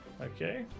Okay